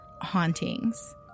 hauntings